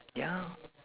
yeah